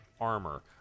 armor